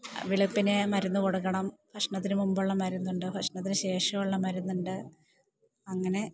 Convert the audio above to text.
വെളുപ്പിനേ മരുന്ന് കൊടുക്കണം ഭക്ഷണത്തിന് മുൻപുള്ള മരുന്നുണ്ട് ഭക്ഷണത്തിന് ശേഷമുള്ള മരുന്നുണ്ട് അങ്ങനെ